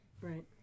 Right